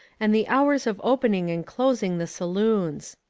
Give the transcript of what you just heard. and the hours of opening and closing the saloons.